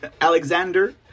Alexander